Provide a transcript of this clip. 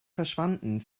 verschwanden